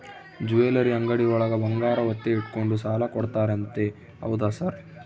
Jewellery ಅಂಗಡಿಯೊಳಗ ಬಂಗಾರ ಒತ್ತೆ ಇಟ್ಕೊಂಡು ಸಾಲ ಕೊಡ್ತಾರಂತೆ ಹೌದಾ ಸರ್?